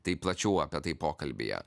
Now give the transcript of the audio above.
tai plačiau apie tai pokalbyje